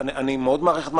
אני לא יודעת להגיד לך.